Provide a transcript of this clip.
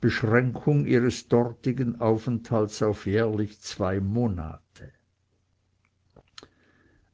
beschränkung ihres dortigen aufenthalts auf jährlich zwei monate